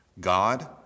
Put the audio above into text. God